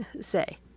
say